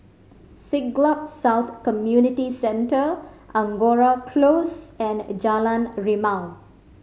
Siglap South Community Centre Angora Close and Jalan Rimau